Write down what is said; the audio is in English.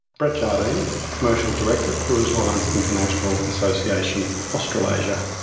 brett jardine, commercial director, cruise lines international association australasia.